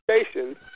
station